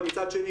אבל מצד שני,